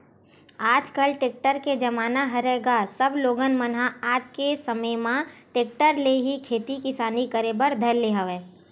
आजकल टेक्टर के जमाना हरय गा सब लोगन मन ह आज के समे म टेक्टर ले ही खेती किसानी करे बर धर ले हवय